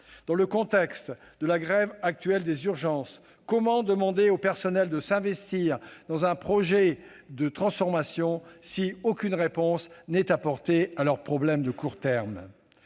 Dans le contexte de la grève actuelle des urgences, comment demander aux personnels de s'investir dans un projet de transformation si aucune réponse n'est apportée à leur problème de court terme ?